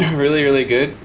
um really really good.